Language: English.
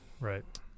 right